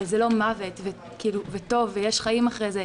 אבל זה לא מוות ויש חיים טובים אחרי זה.